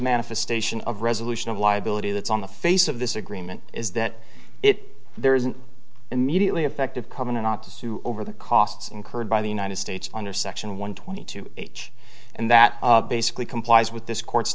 manifestation of resolution of liability that's on the face of this agreement is that it there is an immediately effective covenant ought to sue over the costs incurred by the united states under section one twenty two h and that basically complies with this court's